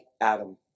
Adam